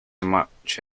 much